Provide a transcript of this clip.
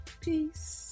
Peace